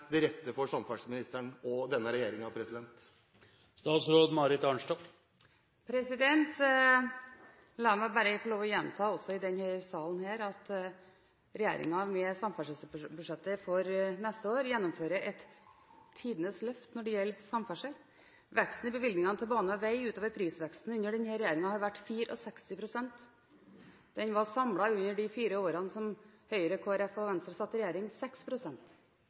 rette for samferdselsministeren og denne regjeringen. La meg bare få lov til å gjenta også i denne salen at regjeringen, med samferdselsbudsjettet for neste år, gjennomfører tidenes løft når det gjelder samferdsel. Veksten i bevilgningene til bane og vei utover prisveksten under denne regjeringen har vært på 64 pst. Den var samlet under de fire årene som Høyre, Kristelig Folkeparti og Venstre satt i regjering,